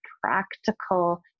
practical